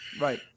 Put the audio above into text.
Right